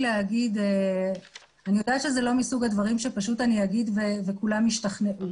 אני יודעת שזה לא מסוג הדברים שאני אומר וכולם ישתכנעו,